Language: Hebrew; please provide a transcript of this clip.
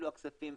אלו הכספים,